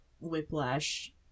whiplash